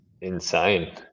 insane